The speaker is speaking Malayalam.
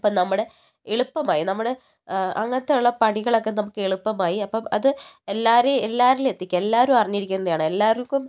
ഇപ്പം നമ്മുടെ എളുപ്പമായി നമ്മുടെ അങ്ങനത്തെയുള്ള പണികളൊക്കെ നമുക്ക് എളുപ്പമായി അപ്പം അത് എല്ലാവരെയും എല്ലാവരിലും എത്തിക്കുക എല്ലാവരും അറിഞ്ഞിരിക്കേണ്ടതാണ് എല്ലാവർക്കും